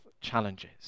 challenges